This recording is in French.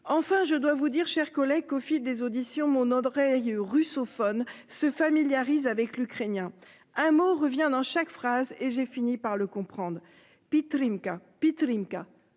Enfin je dois vous dire chers collègues au fil des auditions mon Andrej russophones se familiarisent avec l'ukrainien. Un mot revient dans chaque phrase et j'ai fini par le comprendre Peter IMCA Peter